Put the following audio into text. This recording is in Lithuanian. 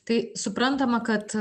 tai suprantama kad